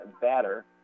batter